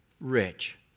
rich